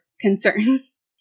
concerns